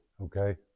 okay